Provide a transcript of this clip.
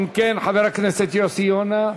אם כן, חבר הכנסת יוסי יונה.